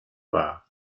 war